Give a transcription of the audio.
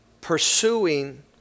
Pursuing